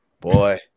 Boy